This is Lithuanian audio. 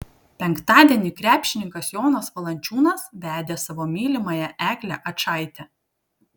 penktadienį krepšininkas jonas valančiūnas vedė savo mylimąją eglę ačaitę